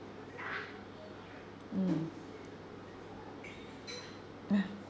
mm